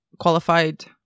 qualified